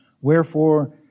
Wherefore